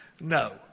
No